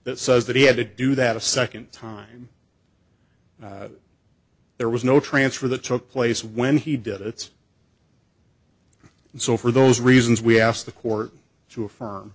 that says that he had to do that a second time there was no transfer that took place when he did it's and so for those reasons we asked the court to affirm